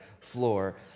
floor